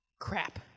crap